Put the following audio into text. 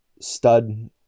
stud